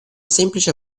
semplice